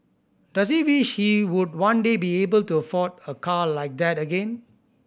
does he wish he would one day be able to afford a car like that again